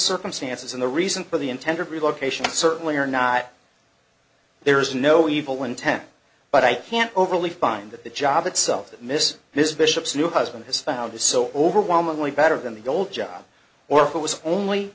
circumstances and the reason for the intended relocation certainly are not there is no evil intent but i can't overly find that the job itself that miss this bishop's new husband has found is so overwhelmingly better than the old job or if it was only